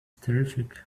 terrific